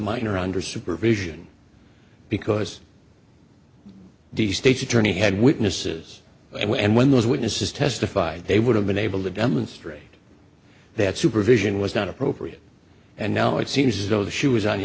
minor under supervision because the state's attorney had witnesses and when those witnesses testified they would have been able to demonstrate that supervision was not appropriate and now it seems as though she was on the